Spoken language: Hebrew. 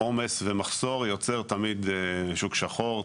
עומס ומחסור יוצר תמיד שוק שחור.